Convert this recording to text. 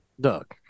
Doug